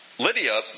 Lydia